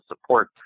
support